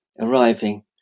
arriving